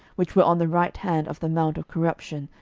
which were on the right hand of the mount of corruption,